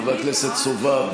חבר הכנסת סובה,